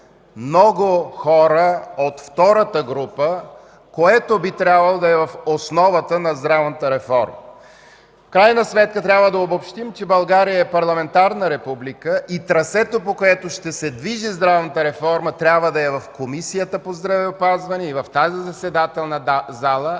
много хора от втората група, което би трябвало да е в основата на здравната реформа. В крайна сметка трябва да обобщим, че България е парламентарна република и трасето, по което ще се движи здравната реформа, трябва да е в Комисията по здравеопазването и в тази заседателна зала,